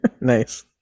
Nice